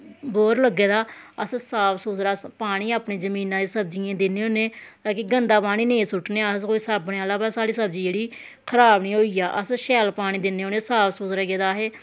bore लग्गे दा अस साफ सुथरा पानी अपनी जमीना दी सब्जियें गी दिन्ने होन्ने ताकि गंदा पानी नेईं सुट्टने अस कोई साबने आह्ला भाई साढ़ी सब्जी जेह्ड़ी खराब निं होई जा अस शैल पानी दिन्ने उ'नें गी साफ सुथरा गेदा असें